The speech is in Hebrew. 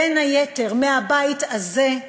בין היתר מהבית הזה,